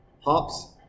hops